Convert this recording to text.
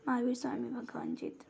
महावीर स्वामी भगवान चित्र